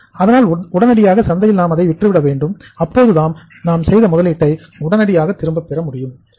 அதனால் உடனடியாக சந்தையில் நாம் அதை விற்று விட வேண்டும் அப்போதுதான் நாம் செய்த முதலீட்டை உடனடியாக திரும்பப் பெற முடியும் பெறமுடியும்